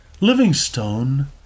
Livingstone